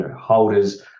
holders